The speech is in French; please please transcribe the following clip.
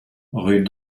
rue